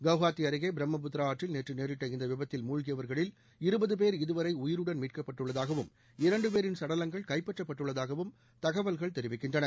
குவஹாத்தி அருகே பிரம்பபுத்திரா ஆற்றில் நேற்று நேரிட்ட இந்த விபத்தில் முழ்கியவர்களில் இதுவரை உயிருடன் மீட்கப்பட்டுள்ளதாகவும் இரண்டு பேரின் சடலங்கள் இருபது கைப்பற்றப்பட்டுள்ளதாகவும் தகவல்கள் தெரிவிக்கின்றன